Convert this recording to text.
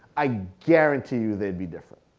i guarantee you they'd be different.